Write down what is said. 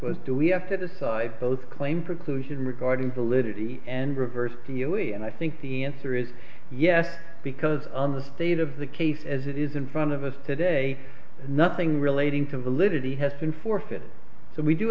was do we have to decide both claim preclusion regarding validity and reverse keely and i think the answer is yes because on the state of the case as it is in front of us today nothing relating to validity has been forfeit so we do